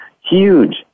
Huge